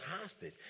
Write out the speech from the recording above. hostage